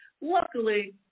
Luckily